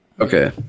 Okay